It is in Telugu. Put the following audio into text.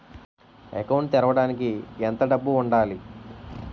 అకౌంట్ తెరవడానికి ఎంత డబ్బు ఉండాలి?